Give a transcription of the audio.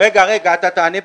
לא, לא.